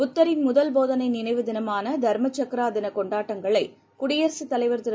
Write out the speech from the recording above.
புத்தரின் முதல் போதனைநினைவு தினமானதர்மசக்ராதினக் கொண்டாட்டங்களைகுடியரசுத் தலைவர் திரு